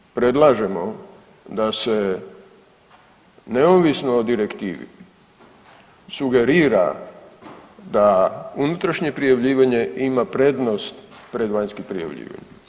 Zato predlažemo da se neovisno o direktivi sugerira da unutrašnje prijavljivanje ima prednost pred vanjskim prijavljivanjem.